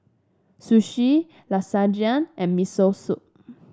Sushi Lasagna and Miso Soup